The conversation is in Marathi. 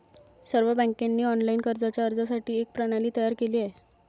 सर्व बँकांनी ऑनलाइन कर्जाच्या अर्जासाठी एक प्रणाली तयार केली आहे